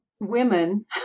women